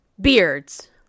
Beards